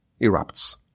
erupts